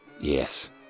yes